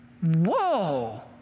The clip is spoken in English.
Whoa